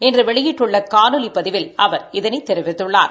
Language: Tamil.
இன்று வெளியிட்டுள்ள காணொலி பதிவில் அவர் இதனைத் தெரிவித்துள்ளார்